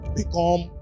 become